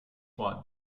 watt